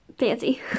fancy